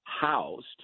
housed